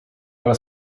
ale